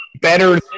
better